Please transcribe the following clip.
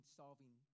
solving